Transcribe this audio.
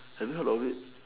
have you heard of it